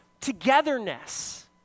togetherness